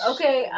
Okay